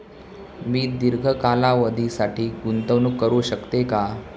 मी दीर्घ कालावधीसाठी गुंतवणूक करू शकते का?